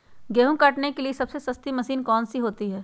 गेंहू काटने के लिए सबसे सस्ती मशीन कौन सी होती है?